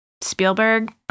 Spielberg